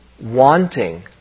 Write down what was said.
wanting